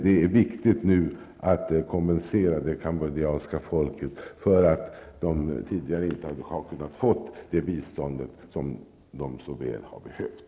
Det är viktigt att nu kompensera det kambodjanska folket för att man tidigare inte har kunnat få det bistånd man så väl behövt.